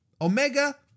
Omega